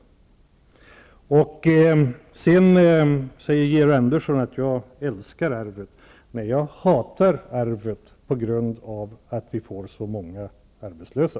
Georg Andersson säger att jag älskar ''arvet'', men jag hatar ''arvet'' på grund av att det ger så många arbetslösa.